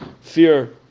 fear